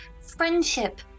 friendship